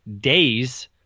days